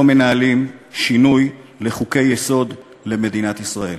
מנהלים שינוי לחוקי-יסוד במדינת ישראל.